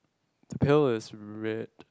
the pail is red